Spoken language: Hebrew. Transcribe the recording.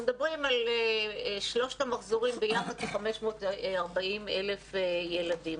אנחנו מדברים על שלושת המחזורים ביחד כ-540,000 ילדים.